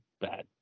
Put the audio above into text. bad